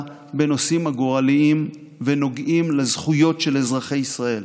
בנושאים גורליים שנוגעים לזכויות של אזרחי ישראל.